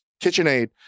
KitchenAid